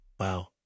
Wow